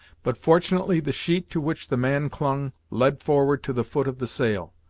but fortunately the sheet to which the man clung led forward to the foot of the sail.